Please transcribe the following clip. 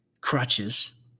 crutches